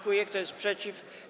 Kto jest przeciw?